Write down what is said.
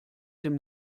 dem